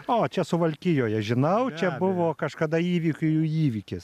o čia suvalkijoje žinau čia buvo kažkada įvykių įvykis